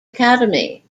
academy